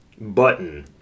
Button